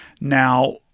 Now